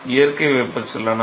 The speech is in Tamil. இயற்கையான வெப்பச்சலனம்